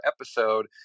episode